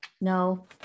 No